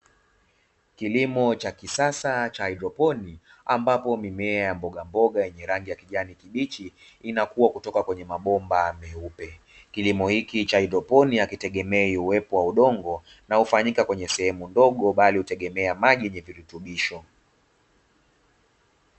kilimo cha kisasa cha haidroponi, ambapo mimea ya mboga ya kijani kibichi imekuwa kutoka kwenye maboma meupe. Kilimo hichi cha haidroponi akitegemea uwepo wa udongo, na hufanyika kwenye sehemu ndogo, bali hutegemea maji ni yenye virutubisho.